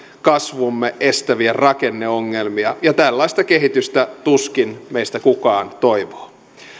kasvuamme estäviä rakenneongelmia ja tällaista kehitystä tuskin meistä kukaan toivoo